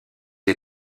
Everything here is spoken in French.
est